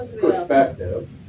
perspective